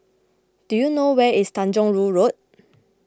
do you know where is Tanjong Rhu Road